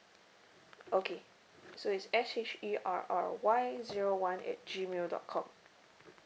okay so it's S H E R R Y zero one at Gmail dot com